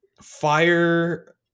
fire